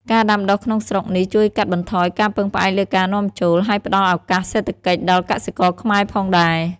ការដាំដុះក្នុងស្រុកនេះជួយកាត់បន្ថយការពឹងផ្អែកលើការនាំចូល ហើយផ្តល់ឱកាសសេដ្ឋកិច្ចដល់កសិករខ្មែរផងដែរ។